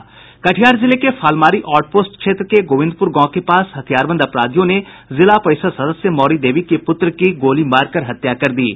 कटिहार जिले के Phalmari outpost क्षेत्र में गोविंदपुर गांव के पास हथियारबंद अपराधियों ने जिला परिषद् सदस्य मौरी देवी के पुत्र की गोली मारकर हत्या कर दी है